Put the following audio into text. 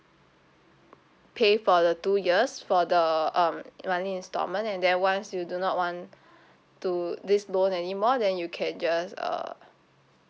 pay for the two years for the um monthly instalment and then once you do not want to this loan anymore then you can just uh